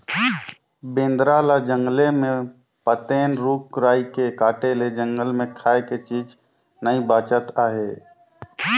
बेंदरा ल जंगले मे पातेन, रूख राई के काटे ले जंगल मे खाए के चीज नइ बाचत आहे